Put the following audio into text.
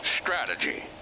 strategy